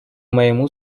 моему